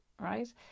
right